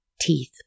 teeth